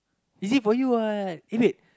easy for you what uh wait